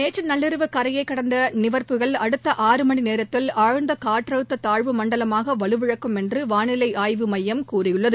நேற்று நள்ளிரவு கரையை கடந்த நிவர் புயல் அடுத்த ஆறு மணி நேரத்தில் ஆழ்ந்த காற்றழுத்த தாழ்வுமண்டலமாக வலுவிழக்கும் என்று வானிலை ஆய்வு மையம் தெரிவித்துள்ளது